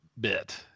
bit